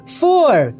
four